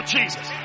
Jesus